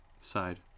side